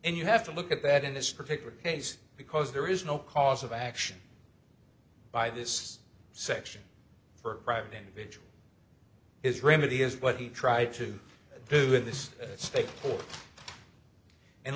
and you have to look at that in this particular case because there is no cause of action by this section for a private individual is remedy is what he tried to do in this state court and